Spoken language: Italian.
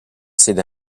sede